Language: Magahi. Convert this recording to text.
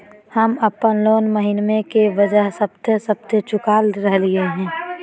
हम अप्पन लोन महीने के बजाय सप्ताहे सप्ताह चुका रहलिओ हें